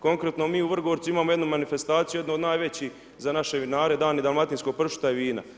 Konkretno mi u Vrgorcu imamo jednu manifestaciju, jednu od najvećih za naše vinare, dani dalmatinskog pršuta i vina.